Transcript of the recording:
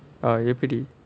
எப்பிடி:eppidi